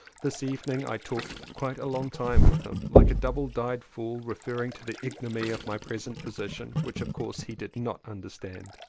this evening i talked quite a long time with him like a double dyed fool referring to the ignominy of my present position, which of course he did not understand.